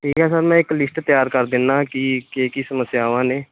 ਠੀਕ ਹੈ ਸਰ ਮੈਂ ਇੱਕ ਲਿਸਟ ਤਿਆਰ ਕਰ ਦਿੰਦਾ ਕੀ ਕਿ ਕੀ ਸਮੱਸਿਆਵਾਂ ਨੇ